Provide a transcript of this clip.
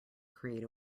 create